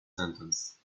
sentence